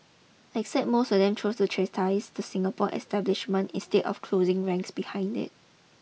except most or them chose to chastise the Singapore establishment instead of closing ranks behind it